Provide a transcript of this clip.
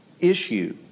issue